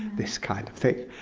this kind of thing.